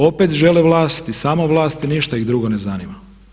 Opet žele vlast i samo vlast i ništa ih drugo ne zanima.